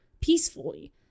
peacefully